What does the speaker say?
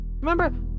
remember